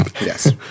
Yes